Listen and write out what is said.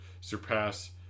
surpass